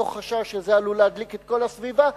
מתוך חשש שזה עלול להדליק את כל הסביבה,